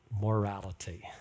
morality